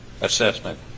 assessment